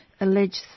alleged